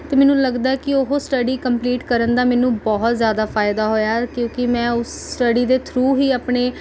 ਅਤੇ ਮੈਨੂੰ ਲੱਗਦਾ ਕਿ ਉਹ ਸਟੱਡੀ ਕੰਪਲੀਟ ਕਰਨ ਦਾ ਮੈਨੂੰ ਬਹੁਤ ਜ਼ਿਆਦਾ ਫ਼ਾਇਦਾ ਹੋਇਆ ਹੈ ਕਿਉਂਕਿ ਮੈਂ ਉਸ ਸਟੱਡੀ ਦੇ ਥਰੂ ਹੀ ਆਪਣੇ